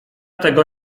tego